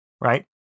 Right